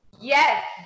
Yes